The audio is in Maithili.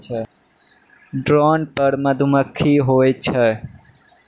ड्रोन नर मधुमक्खी होय छै